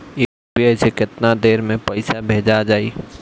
UPI से केतना देर मे पईसा भेजा जाई?